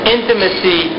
Intimacy